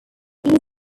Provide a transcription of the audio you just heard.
easy